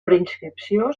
preinscripció